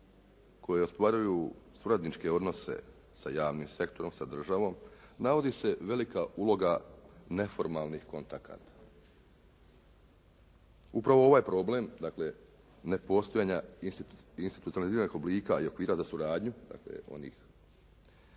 koje ostvaruju suradniče odnose sa javnim sektorom, sa državom, navodi se velika uloga neformalnih kontakata. Upravo ovaj problem, dakle ne postojanja institucionaliziranih oblika i okvira za suradnju, dakle onih